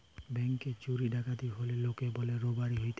ব্যাংকে চুরি ডাকাতি হলে লোকে বলে রোবারি হতিছে